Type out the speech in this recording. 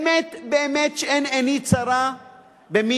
באמת-באמת שאין עיני צרה במי